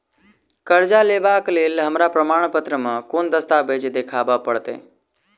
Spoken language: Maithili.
करजा लेबाक लेल हमरा प्रमाण मेँ कोन दस्तावेज देखाबऽ पड़तै?